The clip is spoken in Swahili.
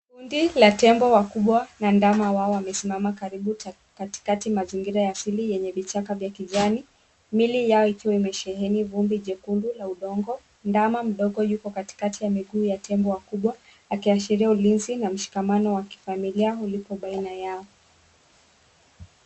Kunda la tembo wakubwa na ndama wao wamesimama karibu katikati mazingira ya asili yenye vichaka vya kijani. Miili yao ikiwa imesheheni vumbi jekundu la udongo. Ndama mdogo yuko katikati ya miguu ya tembo wakubwa akiashiria ulezi na mshikamano wa kifamilia uliopo baina yao.